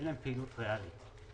אין להם פעילות ריאלית.